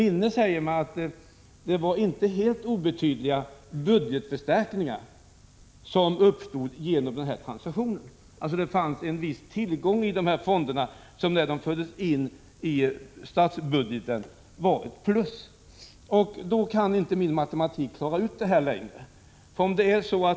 Men om jag minns rätt uppstod inte helt obetydliga budgetförstärkningar i och med den aktuella transaktionen. Det fanns alltså vissa tillgångar i och med fonderna — när dessa fördes in i statsbudgeten låg man på plus. Mina kunskaper i matematik kan inte längre hjälpa mig att klara ut hur det förhåller sig.